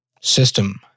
system